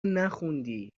نخوندی